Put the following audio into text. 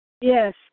Yes